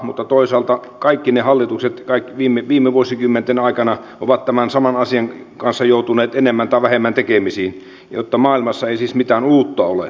mutta toisaalta kaikki hallitukset viime vuosikymmenten aikana ovat tämän saman asian kanssa joutuneet enemmän tai vähemmän tekemisiin joten maailmassa ei siis mitään uutta ole